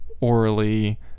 orally